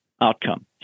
outcome